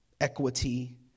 equity